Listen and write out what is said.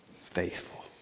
faithful